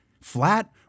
flat